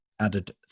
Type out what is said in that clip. added